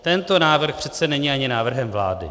Tento návrh přece není ani návrhem vlády.